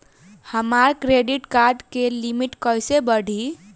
हमार credit card के limit कइसे बढ़ी?